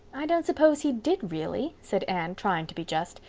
i don't suppose he did, really, said anne, trying to be just.